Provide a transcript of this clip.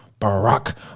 Barack